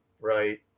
right